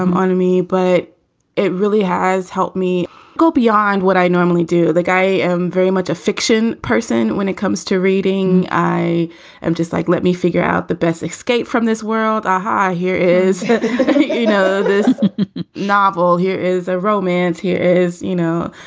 um on me, but it really has helped me go beyond what i normally do. the guy i am very much a fiction person when it comes to reading. i am just like, let me figure out the best escape from this world. um ah here is you know this novel. here is a romance. here is, you know,